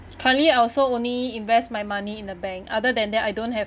currently I also only invest my money in the bank other than that I don't have